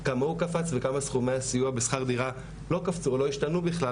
כמה הוא קפץ וכמה סכומי הסיוע בשכר דירה לא קפצו ולא השתנו בכלל,